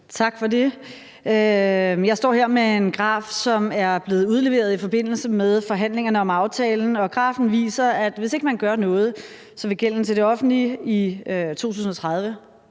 Tak for det. Jeg står her med en graf, som er blevet udleveret i forbindelse med forhandlingerne om aftalen, og grafen viser, at hvis ikke man gør noget, vil gælden til det offentlige i 2030